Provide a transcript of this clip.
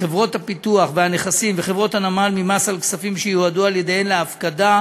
חברות הפיתוח והנכסים וחברות הנמל ממס על כספים שיועדו על-ידיהן להפקדה